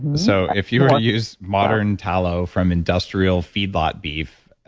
so if you will use modern tallow from industrial feedlot beef,